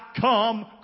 come